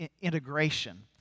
integration